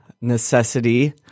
necessity